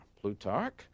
Plutarch